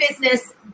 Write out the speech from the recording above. business